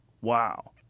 Wow